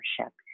ownership